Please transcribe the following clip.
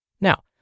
Now